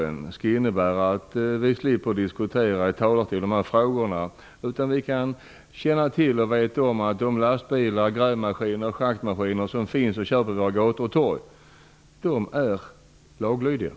Det skulle innebära att vi slipper diskutera dessa frågor och att vi vet att de lastbilar, grävmaskiner och schaktmaskiner som kör på våra gator och torg körs lagenligt.